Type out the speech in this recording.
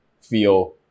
feel